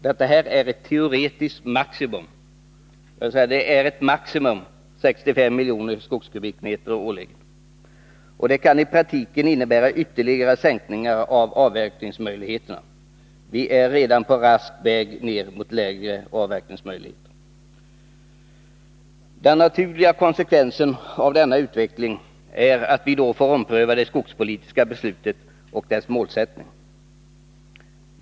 Detta är ett teoretiskt maximum, och i praktiken kan det bli ytterligare sänkningar av avverkningsmöjligheterna. Vi är redan raskt på väg ner mot lägre avverkningsmöjligheter. Den naturliga konsekvensen av denna utveckling är att vi då får ompröva det skogspolitiska beslutet och dess målsättning.